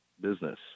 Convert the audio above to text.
business